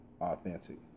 authentic